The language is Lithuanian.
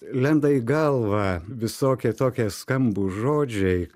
lenda į galvą visokie tokie skambūs žodžiai